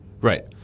Right